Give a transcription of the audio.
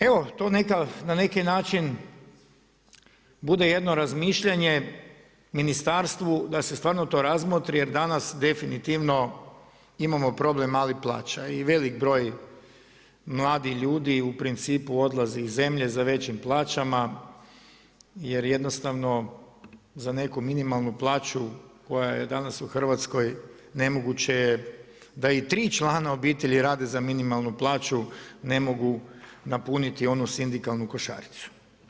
Evo to na neki način bude jedno razmišljanje ministarstvu da se stvarno to razmotri, jer danas definitivno imamo problem malih plaća i velik broj mladih ljudi u principu odlazi iz zemlje za većim plaćama jer jednostavno za neku minimalnu plaću koja je danas u Hrvatskoj nemoguće je da i tri člana obitelji rade za minimalnu plaću ne mogu napuniti onu sindikalnu košaricu.